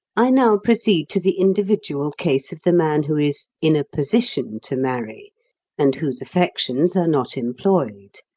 i now proceed to the individual case of the man who is in a position to marry and whose affections are not employed.